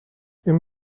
این